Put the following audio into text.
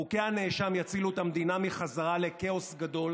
חוקי הנאשם יצילו את המדינה מחזרה לכאוס גדול